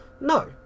No